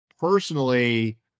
personally